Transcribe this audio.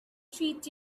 treat